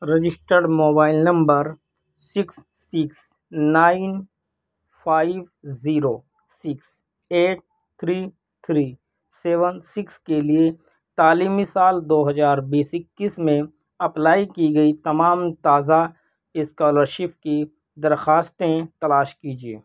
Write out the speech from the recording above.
registered mobile number six six nine five zero six eight three three seven six کے لیے تعلیمی سال دو ہزار بیس اکیس میں اپلائی کی گئی تمام تازہ اسکالرشپ کی درخواستیں تلاش کیجیے